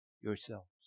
yourselves